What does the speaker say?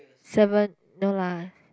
seven no lah